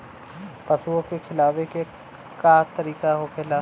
पशुओं के खिलावे के का तरीका होखेला?